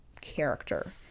character